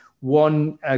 One